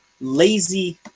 lazy